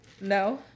no